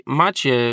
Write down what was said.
macie